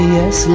Yes